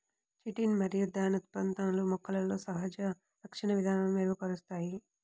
chitin మరియు దాని ఉత్పన్నాలు మొక్కలలో సహజ రక్షణ విధానాలను మెరుగుపరుస్తాయి